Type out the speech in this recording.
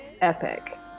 epic